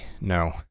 No